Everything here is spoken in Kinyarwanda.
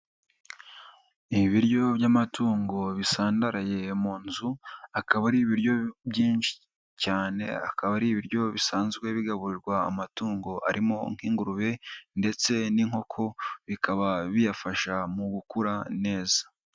Ni ibiryo by'amatungo bisandaraye mu nzu, akaba ari ibiryo byinshi cyane, akaba ari ibiryo bisanzwe bigaburirwa amatungo arimo nk'ingurube ndetse n'inkoko, bikaba biyafasha mu gukura neza.